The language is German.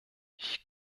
ich